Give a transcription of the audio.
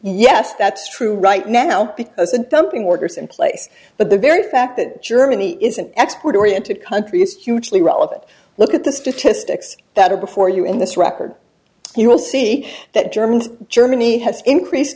yes that's true right now because the dumping workers and place but the very fact that germany is an export oriented country it's hugely relevant look at the statistics that are before you in this record you will see that germany germany has increased